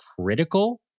critical